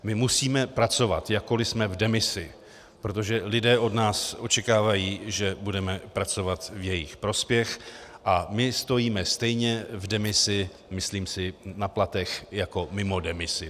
My musíme pracovat, jakkoli jsme v demisi, protože lidé od nás očekávají, že budeme pracovat v jejich prospěch, a my stojíme stejně v demisi, myslím si, na platech jako mimo demisi.